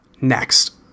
Next